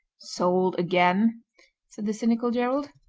sold again said the cynical gerald.